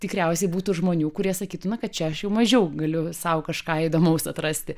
tikriausiai būtų žmonių kurie sakytų na kad čia aš jau mažiau galiu sau kažką įdomaus atrasti